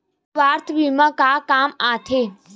सुवास्थ बीमा का काम आ थे?